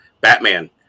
Batman